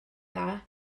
dda